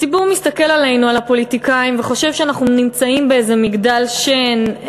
הציבור מסתכל עלינו הפוליטיקאים וחושב שאנחנו נמצאים באיזה מגדל שן,